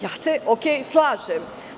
Ja se slažem.